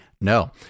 No